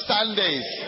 Sundays